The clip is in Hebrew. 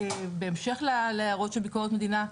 בהמשך להערות של ביקורת המדינה,